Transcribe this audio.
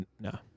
no